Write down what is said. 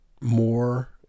more